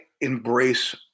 embrace